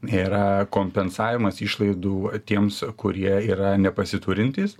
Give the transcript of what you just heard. yra kompensavimas išlaidų tiems kurie yra nepasiturintys